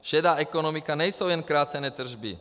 Šedá ekonomika nejsou jen krácené tržby.